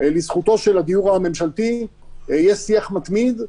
לזכותו של הדיור הממשלתי יש שיח מתמיד,